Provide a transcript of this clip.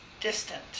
distant